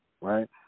right